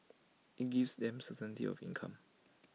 IT gives them certainty of income